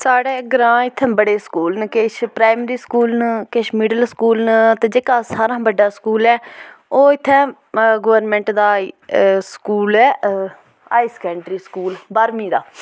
साढ़ै ग्रांऽ इत्थे बड़े स्कूल न किश प्राइमरी स्कूल न किश मिडिल स्कूल न ते जेह्का सारे शा बड्डा स्कूल ऐ ओह् इत्थे गौरमेंट दा स्कूल ऐ हाई सकैंडरी स्कूल बाह्रमी दा